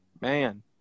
man